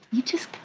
you just